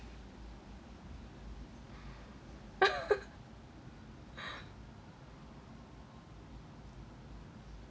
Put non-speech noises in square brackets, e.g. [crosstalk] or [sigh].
[laughs]